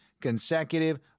consecutive